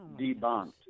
debunked